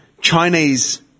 Chinese